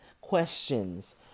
questions